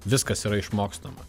viskas yra išmokstama